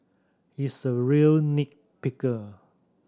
he's a real nit picker